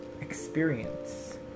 experience